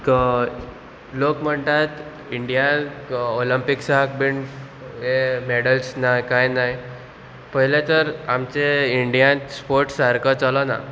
तो लोक म्हणटात इंडियांत ओलंपिक्साक बीन हें मॅडल्स ना कांय नाय पयलें तर आमचे इंडियांत स्पोर्ट्स सारको चलोना